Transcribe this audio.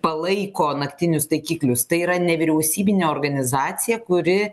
palaiko naktinius taikiklius tai yra nevyriausybinė organizacija kuri